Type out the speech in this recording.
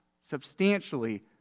substantially